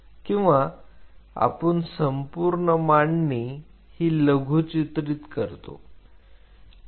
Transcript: किंवा आपण संपूर्ण मांडणी हि लघुचित्रित करतो